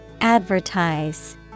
advertise